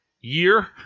year